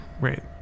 Right